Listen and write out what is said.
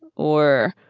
or,